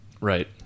Right